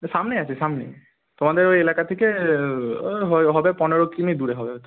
সামনে আছে সামনে তোমাদের ওই এলাকা থেকে ওই হবে পনেরো কিমি দূরে হবে হয়তো